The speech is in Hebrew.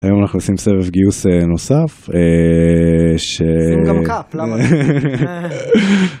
היום אנחנו עושים סבב גיוס נוסף ש...